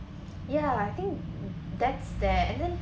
ya I think that's there and then